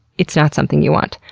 it's not something you want.